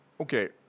Okay